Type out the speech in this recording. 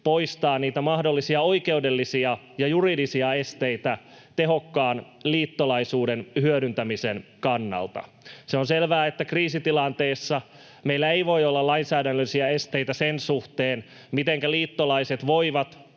poistaa niitä mahdollisia oikeudellisia ja juridisia esteitä tehokkaan liittolaisuuden hyödyntämisen kannalta. On selvää, että kriisitilanteissa meillä ei voi olla lainsäädännöllisiä esteitä sen suhteen, mitenkä liittolaiset voivat